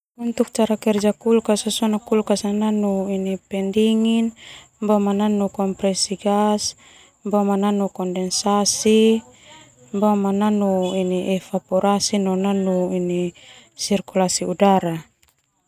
Kulkas nanu pendingin, boma nanu kompresi gas, boma nanu kondensasi, boma nanu in evaporasi, ini sirkulasi udara.